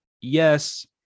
yes